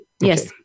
Yes